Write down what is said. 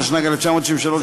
התשנ"ג 1993,